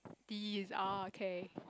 tease ah okay